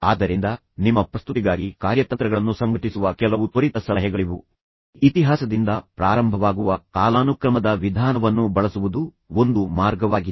ಆದ್ದರಿಂದ ನಿಮ್ಮ ಪ್ರಸ್ತುತಿಗಾಗಿ ಕಾರ್ಯತಂತ್ರಗಳನ್ನು ಸಂಘಟಿಸುವ ಕೆಲವು ತ್ವರಿತ ಸಲಹೆಗಳಿವು ಇತಿಹಾಸದಿಂದ ಪ್ರಾರಂಭವಾಗುವ ಕಾಲಾನುಕ್ರಮದ ವಿಧಾನವನ್ನು ಬಳಸುವುದು ಒಂದು ಮಾರ್ಗವಾಗಿದೆ